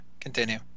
Continue